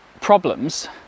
problems